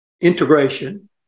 integration